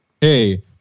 hey